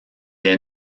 est